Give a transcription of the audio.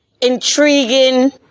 intriguing